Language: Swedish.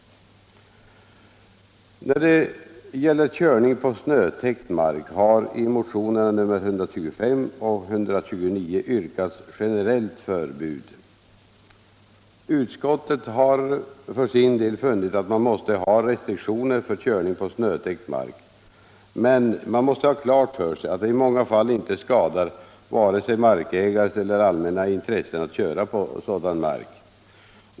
För körning på snötäckt mark har i motionerna 1975/76:125 och 129 yrkats generellt förbud. Utskottet har för sin del funnit att man måste ha restriktioner för körning på snötäckt mark. Men man måste ha klart för sig att det i många fall inte skadar vare sig markägares eller allmänna intressen att köra på sådan mark.